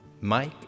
Mike